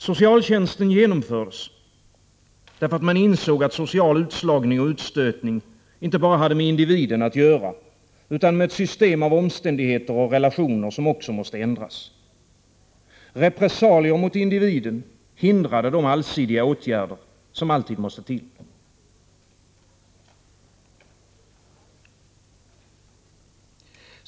Socialtjänsten genomfördes därför att man insåg att social utslagning och utstötning inte bara hade med individen att göra utan med ett system av omständigheter och relationer, som också måste ändras. Repressalier mot individen hindrade de allsidiga åtgärder som alltid måste till.